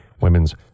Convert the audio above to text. women's